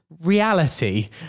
reality